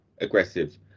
aggressive